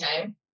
time